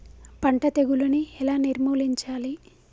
పంట తెగులుని ఎలా నిర్మూలించాలి?